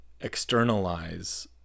externalize